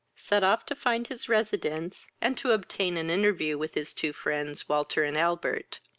sat off to find his residence, and to obtain an interview with his two friends, walter and albert.